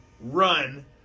Run